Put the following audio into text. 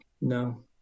No